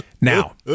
Now